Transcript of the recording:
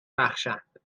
بخشد